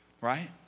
right